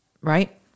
right